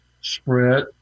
spread